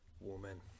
woman